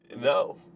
No